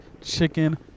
chicken